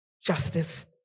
justice